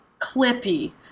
clippy